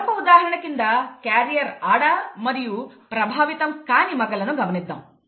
మరొక ఉదాహరణ కింద క్యారియర్ ఆడ మరియు ప్రభావితం కాని మగలను గమనిద్దాము